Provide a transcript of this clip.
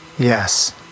Yes